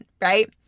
right